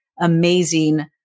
amazing